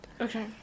Okay